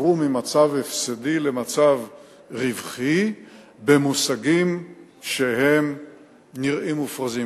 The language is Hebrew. עברו ממצב הפסדי למצב רווחי במושגים שנראים מופרזים,